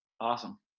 awesome